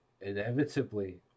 inevitably